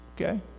okay